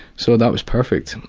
so that was perfect.